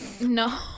No